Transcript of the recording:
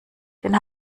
den